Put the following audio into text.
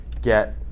get